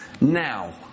now